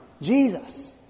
jesus